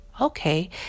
okay